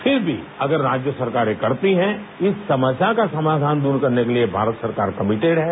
फिर भी अगर राज्य सरकारें करती हैं इस समस्या का समाधान दूर करने के लिए भारत सरकार कमेटिड है